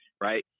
Right